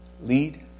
lead